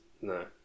No